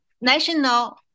National